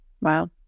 Wow